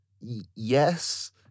yes